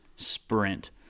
sprint